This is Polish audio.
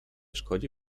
szkodzi